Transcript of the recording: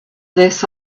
this